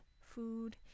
food